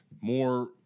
more